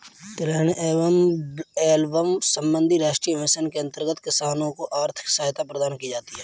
तिलहन एवं एल्बम संबंधी राष्ट्रीय मिशन के अंतर्गत किसानों को आर्थिक सहायता प्रदान की जाती है